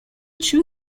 two